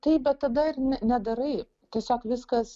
taip bet tada ir ne nedarai tiesiog viskas